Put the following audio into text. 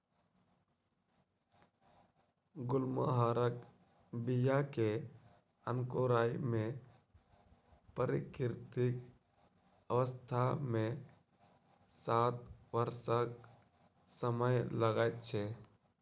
गुलमोहरक बीया के अंकुराय मे प्राकृतिक अवस्था मे सात वर्षक समय लगैत छै